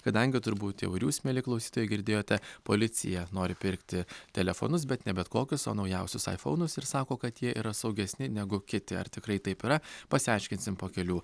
kadangi turbūt jau ir jūs mieli klausytojai girdėjote policija nori pirkti telefonus bet ne bet kokius o naujausius aifounus ir sako kad jie yra saugesni negu kiti ar tikrai taip yra pasiaiškinsim po kelių